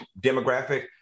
demographic